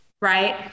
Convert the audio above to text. Right